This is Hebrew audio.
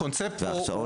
הקונספט